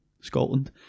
Scotland